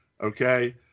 okay